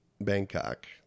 Bangkok